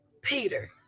Peter